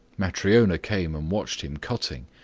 matryona came and watched him cutting,